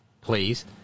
please